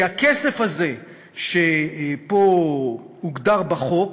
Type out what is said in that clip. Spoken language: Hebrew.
כי הכסף הזה שפה הוגדר בחוק,